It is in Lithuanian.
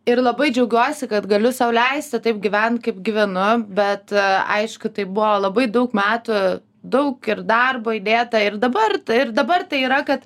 ir labai džiaugiuosi kad galiu sau leisti taip gyvent kaip gyvenu bet aišku tai buvo labai daug metų daug ir darbo įdėta ir dabar ir dabar tai yra kad